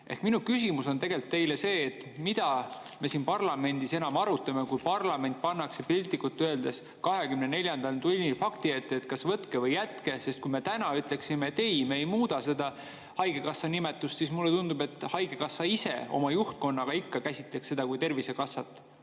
Minu küsimus on tegelikult see: mida me siin parlamendis enam arutame, kui parlament pannakse piltlikult öeldes 24. tunnil fakti ette, et kas võtke või jätke? Sest kui me ütleksime, et ei, me ei muuda haigekassa nimetust, siis mulle tundub, et haigekassa ise oma juhtkonnaga ikka kasutaks seda Tervisekassa